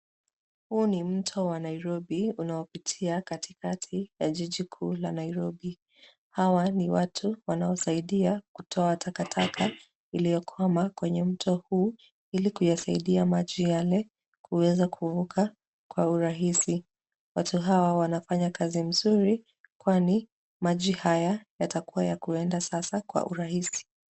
Huu ni mto wa Nairobi unaopitia katikati ya jiji kuu la Nairobi. Hawa ni watu wanaosaidia kutoa takataka iliyokwama kwenye mto huu, ilikuyasaidia maji yale kuweza kuvuka kwa urahisi. Watu hawa wanafanya kazi mzuri, kwani, maji haya yatakuwa ya kuenda sasa kwa urahisi.